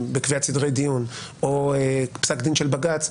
בקביעת סדרי דיון או פסק דין של בג"צ,